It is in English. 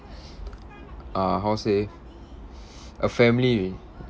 uh how to say a family